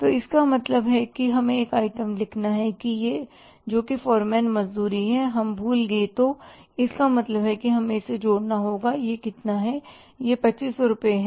तो इसका मतलब यह है कि हमें एक आइटम लिखना है जो कि फोरमैन मजदूरी है हम भूल गए तो इसका मतलब है कि हमें इसे जोड़ना होगा और यह कितना है यह 2500 रुपये है